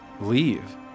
leave